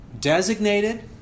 designated